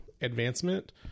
advancement